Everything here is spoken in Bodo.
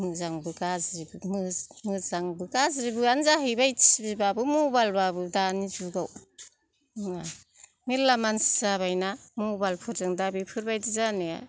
मोजांबो गाज्रिबो मोजांबो गाज्रिबो आनो जाहैबाय टिभि बाबो मबाइल बाबो दानि जुगाव मेरला मानसि जाबायना मबाइल फोरजों दा बेफोरबायदि जानाया